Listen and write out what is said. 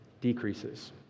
decreases